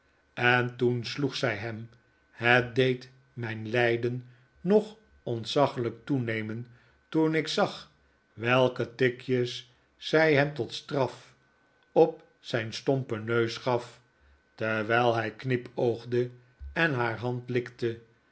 en toen sloeg zij hem het deed mijn lijden nog ontzaglijk toenemen toen ik zag welke tikjes zij hem tot straf op zijn stompen neus gaf terwijl hij knipoogde en haar hand likte